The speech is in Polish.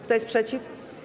Kto jest przeciw?